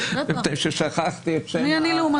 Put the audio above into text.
מפני ששכחתי את שם --- מי אני לעומתך?